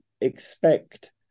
expect